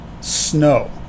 snow